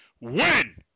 win